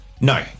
no